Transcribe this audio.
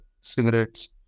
cigarettes